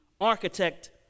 architect